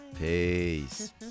Peace